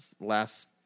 last